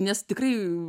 nes tikrai